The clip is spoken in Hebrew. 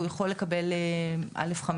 הוא יכול לקבל א'5,